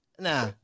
Nah